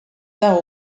dago